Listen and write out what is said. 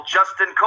Justin